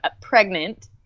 pregnant